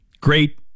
great